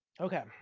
Okay